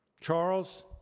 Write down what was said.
Charles